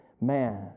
Man